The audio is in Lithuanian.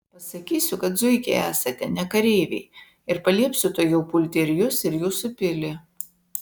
pasakysiu kad zuikiai esate ne kareiviai ir paliepsiu tuojau pulti ir jus ir jūsų pilį